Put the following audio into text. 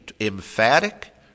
emphatic